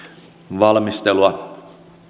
valmistelua